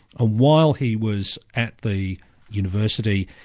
ah while he was at the university,